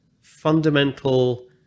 fundamental